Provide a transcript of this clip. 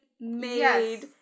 made